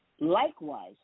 Likewise